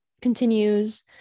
continues